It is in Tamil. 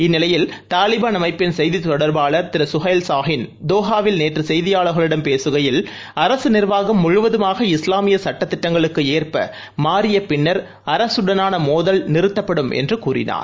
இந்நிலையில் தாலிபாள் அமைப்பின் செய்தி தொடர்பாளர் திரு கஹைல் சாஹீன் தோஹாவில் நேற்று செய்தியாளர்களிடம் பேககையில் அரசு நிர்வாகம் முழுவதமாக இஸ்லாமிய சுட்டதிட்டங்களுக்கு ஏற்ப மாறிய பின்னர் அரசுடனான மோதல் நிறுத்தப்படும் என்று கூறினார்